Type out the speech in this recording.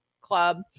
club